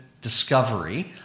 discovery